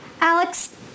Alex